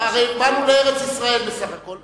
הרי באנו לארץ-ישראל בסך הכול.